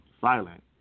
Silent